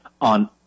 On